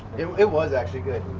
it was actually good.